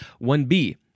1B